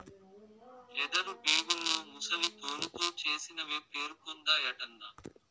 leather బేగుల్లో ముసలి తోలుతో చేసినవే పేరుపొందాయటన్నా